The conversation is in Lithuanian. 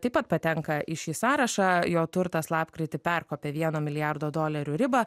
taip pat patenka į šį sąrašą jo turtas lapkritį perkopė vieno milijardo dolerių ribą